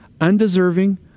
undeserving